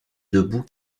debout